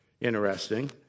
interesting